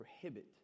prohibit